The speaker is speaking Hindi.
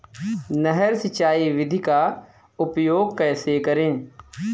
नहर सिंचाई विधि का उपयोग कैसे करें?